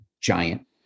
giant